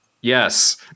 Yes